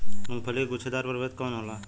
मूँगफली के गुछेदार प्रभेद कौन होला?